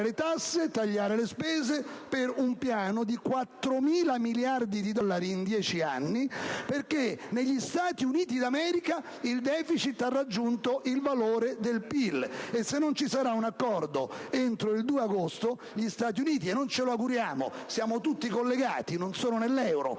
le tasse o tagliare le spese, per un piano di 4.000 miliardi di dollari in 10 anni. Negli Stati Uniti d'America ildeficit ha infatti raggiunto il valore del PIL e se non ci sarà un accordo entro il 2 agosto - e non ce lo auguriamo, perché siamo tutti collegati, non solo nell'euro,